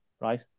right